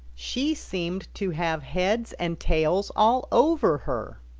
she seemed to have heads and tails all over her.